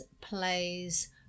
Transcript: plays